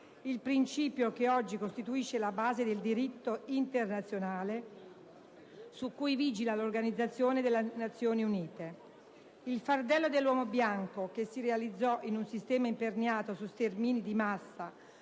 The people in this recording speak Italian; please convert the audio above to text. il principio che oggi costituisce la base del diritto internazionale su cui vigila l'Organizzazione delle Nazioni Unite. Il «fardello dell'uomo bianco», che si realizzò in un sistema imperniato su stermini di massa,